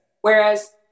Whereas